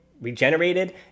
regenerated